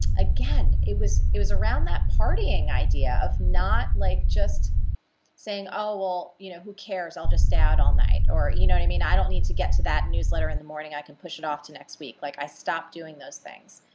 again, it was it was around that partying idea of not like just saying, oh well, you know, who cares? i'll just stay out all night. or. you know what i mean? i don't need to get to that newsletter in the morning, i can push it off to next week. like, i stopped doing those things.